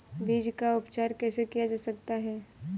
बीज का उपचार कैसे किया जा सकता है?